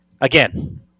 again